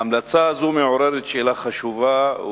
ההמלצה הזאת מעוררת שאלה חשובה,